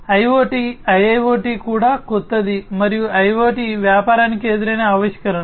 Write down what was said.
IoT IIoT కూడా కొత్తది మరియు IoT వ్యాపారానికి ఎదురైన ఆవిష్కరణలు